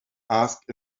asked